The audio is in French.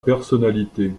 personnalité